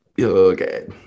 okay